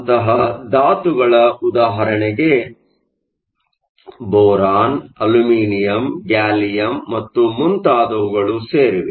ಅಂತಹ ಧಾತುಗಳ ಉದಾಹರಣೆಗೆ ಬೋರಾನ್ ಅಲ್ಯೂಮಿನಿಯಂ ಗ್ಯಾಲಿಯಂ ಮತ್ತು ಮುಂತಾದವುಗಳು ಸೇರಿವೆ